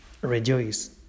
Rejoice